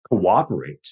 cooperate